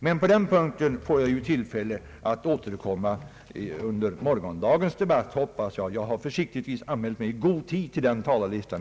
Men på den punkten får jag ju tillfälle återkomma under morgondagens debatt. Jag har, herr talman, försiktigtvis i god tid anmält mig till den talarlistan.